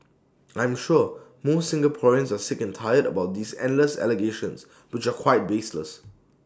I am sure most Singaporeans are sick and tired about these endless allegations which are quite baseless